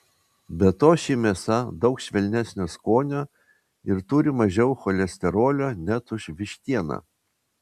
be to ši mėsa daug švelnesnio skonio ir turi mažiau cholesterolio net už vištieną